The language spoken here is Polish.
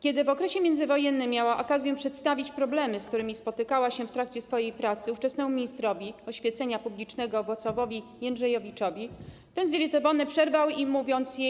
Kiedy w okresie międzywojennym miała okazję przedstawić problemy, z którymi spotykała się w trakcie swojej pracy, ówczesnemu ministrowi oświecenia publicznego Wacławowi Jędrzejowiczowi, ten zirytowany przerwał jej: